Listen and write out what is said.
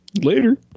Later